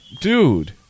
dude